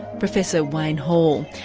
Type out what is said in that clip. professor wayne hall,